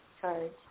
Charge